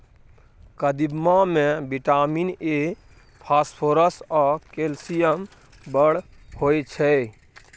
कदीमा मे vitamin A, phosphorus आ कैल्शियम बड़ होइ छै